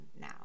now